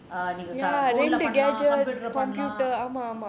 நீங்க:neenga phone பண்ணலாம்:pannalaam computer பண்ணலாம்:pannalaam